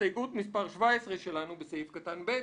הסתייגות מספר 17 שלנו: בסעיף קטן (ב),